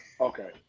okay